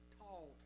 tall